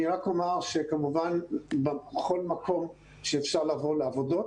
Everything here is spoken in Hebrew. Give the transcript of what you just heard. אני רק אומר שכמובן בכל מקום שאפשר לבוא לעבודות,